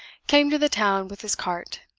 came to the town with his cart,